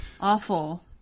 awful